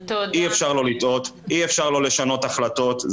אי-אפשר לא לשנות החלטות,